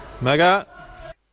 Mega